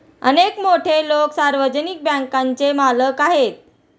अनेक मोठे लोकं सार्वजनिक बँकांचे मालक आहेत